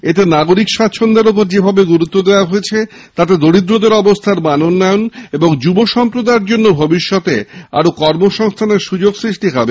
এতে নাগরিক স্বাচ্ছন্দ্যের ওপর যেভাবে গুরুত্ব দেওয়া হয়েছে তাতে দারিদ্রের অবস্থার মনোন্নয়ন এবং যুব সম্প্রদায়ের জন্য ভবিষ্যত আরও কর্মসংস্থানের সুযোগ সৃষ্টি হবে